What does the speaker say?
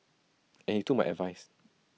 and he took my advice